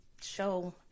show